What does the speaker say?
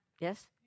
Yes